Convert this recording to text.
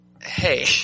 hey